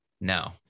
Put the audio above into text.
no